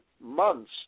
months